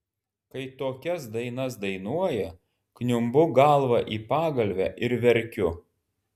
kai tokias dainas dainuoja kniumbu galva į pagalvę ir verkiu